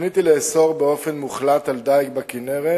התוכנית היא לאסור באופן מוחלט דיג בכינרת,